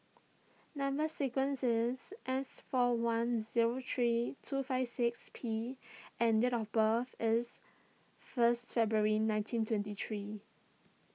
Number Sequence is S four one zero three two five six P and date of birth is first February nineteen twenty three